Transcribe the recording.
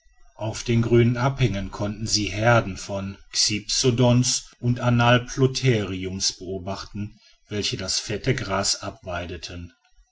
auf den grünen abhängen konnten sie herden von xipsodons und anaplotheriums beobachten welche das fette gras abweideten